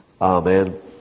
Amen